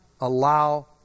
allow